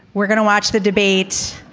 we're going to watch the debate.